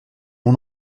mon